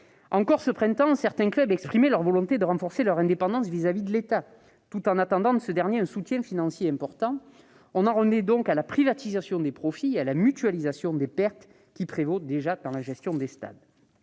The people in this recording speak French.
encore, certains clubs exprimaient leur volonté de renforcer leur indépendance vis-à-vis de l'État, tout en attendant de ce dernier un soutien financier important. On en revient à la privatisation des profits et à la mutualisation des pertes, qui prévaut déjà dans la gestion des stades.